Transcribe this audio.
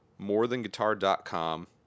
MoreThanGuitar.com